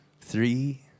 three